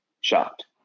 shocked